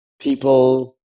People